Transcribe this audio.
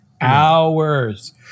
hours